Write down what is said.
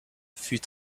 fut